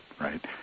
right